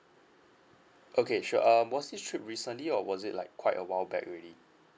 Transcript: okay sure um was this trip recently or was it like quite a while back already